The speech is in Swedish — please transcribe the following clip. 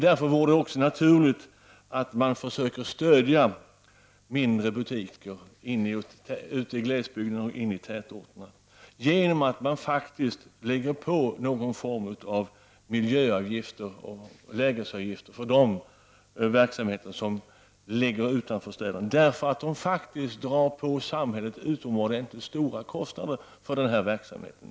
Därför vore det naturligt att man försöker stödja mindre butiker ute i glesbygden och inne i tätorterna genom att man lägger på någon form av miljöavgifter och lägesavgifter för de verksamheter som ligger utanför städerna — verksamheter som drar mycket stora kostnader för samhället.